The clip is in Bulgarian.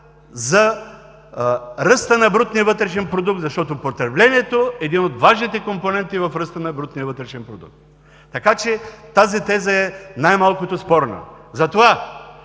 за ръста на брутния вътрешен продукт, защото потреблението е един от важните компоненти в ръста на брутния вътрешен продукт. Така че тази теза е най-малкото спорна. Затова